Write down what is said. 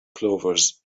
clovers